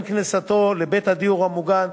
עם כניסתו לבית הדיור המוגן,